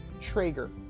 Traeger